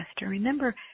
Remember